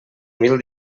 mil